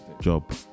Job